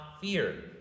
fear